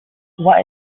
what